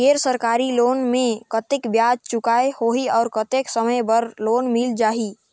गैर सरकारी लोन मे कतेक ब्याज चुकाना होही और कतेक समय बर लोन मिल जाहि?